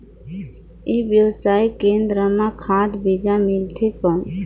ई व्यवसाय केंद्र मां खाद बीजा मिलथे कौन?